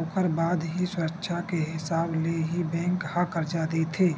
ओखर बाद ही सुरक्छा के हिसाब ले ही बेंक ह करजा देथे